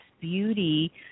beauty